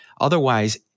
Otherwise